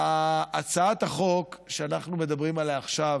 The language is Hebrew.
הצעת החוק שאנחנו מדברים עליה עכשיו